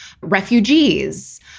refugees